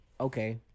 Okay